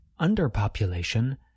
underpopulation